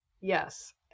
Yes